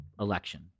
election